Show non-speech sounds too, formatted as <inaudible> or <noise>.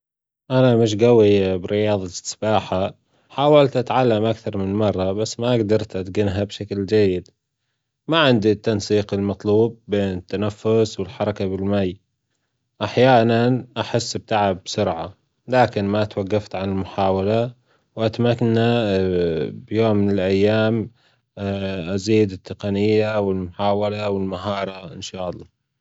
انا مش جوي برياضة السباحة حاولت أتعلم أكتر من مرة بس ما جدرت أتجنها بشكل جيد، ما عندي التنسيق المطلوب بين التنفس والحركة بالماي، أحيانا أحس بتعب بسرعه لكن ماتوجفت عن المحاوله وأتمنى بيوم من الأيام <hesitation> أزيد التقنية والمحاولة والمهارة إن شاء الله.